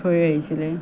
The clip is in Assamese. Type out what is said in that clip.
থৈ আহিছিলে